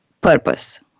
purpose